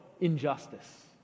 injustice